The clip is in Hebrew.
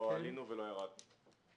לא עלינו ולא ירדנו.